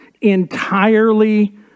entirely